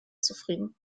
zufrieden